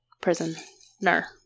prisoner